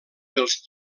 dels